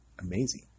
amazing